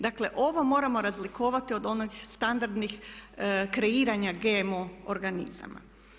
Dakle, ovo moramo razlikovati od onih standardnih kreiranja GMO organizama.